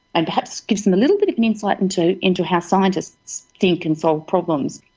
and perhaps gives them a little bit of an insight into into how scientists think and solve problems.